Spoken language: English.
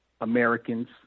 Americans